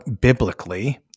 biblically